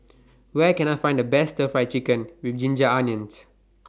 Where Can I Find The Best Stir Fried Chicken with Ginger Onions